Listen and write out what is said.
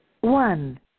One